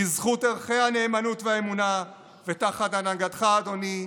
בזכות ערכי הנאמנות והאמונה ותחת הנהגתך, אדוני,